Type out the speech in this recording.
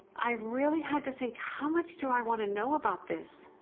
i really had to think, how much do i want to know about this.